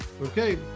Okay